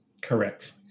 Correct